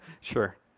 Sure